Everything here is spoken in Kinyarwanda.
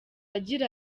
agira